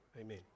Amen